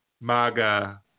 MAGA